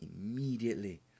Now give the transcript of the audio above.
immediately